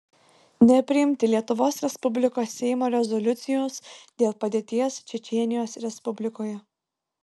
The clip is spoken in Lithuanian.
nepriimti lietuvos respublikos seimo rezoliucijos dėl padėties čečėnijos respublikoje